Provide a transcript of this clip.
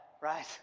right